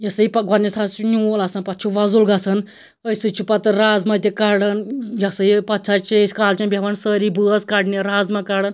یہِ ہَسا یہِ گۄڈٕنیٚتھ حظ چھُ نیٛول آسان پَتہٕ چھُ وۄزُل گَژھان أتھۍ سۭتۍ چھِ پتہٕ رازمہ تہِ کَڈان یہِ ہَسا یہِ پَتہٕ حظ چھِ أسۍ کالچَن بیٚہوان سٲری بٲژ کَڈنہِ رازمہ کَڈان